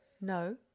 No